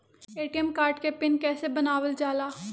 ATM card के PIN कैसे बनावल जाला?